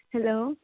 hello